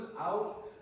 out